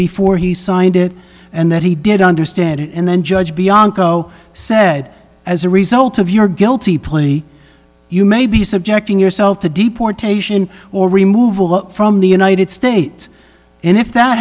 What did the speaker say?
before he signed it and that he did understand it and then judge bianco said as a result of your guilty plea you may be subjecting yourself to deportation or remove all the from the united states and if that